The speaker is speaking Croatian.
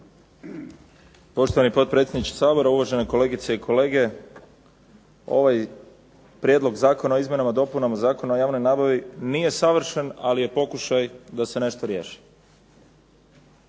Poštovani potpredsjedniče Sabora, uvažene kolegice i kolege. Ovaj Prijedlog zakona o izmjenama i dopunama Zakona o javnoj nabavi nije savršen ali je pokušaj da se nešto riješi.